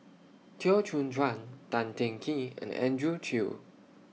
Teo Soon Chuan Tan Teng Kee and Andrew Chew